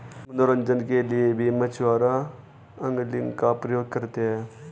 मनोरंजन के लिए भी मछुआरे एंगलिंग का प्रयोग करते हैं